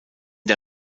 der